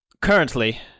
currently